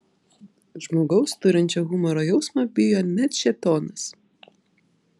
žmogaus turinčio humoro jausmą bijo net šėtonas